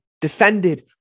defended